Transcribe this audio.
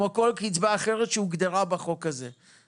כמו כל קצבה אחרת שהוגדרה בחוק הזה.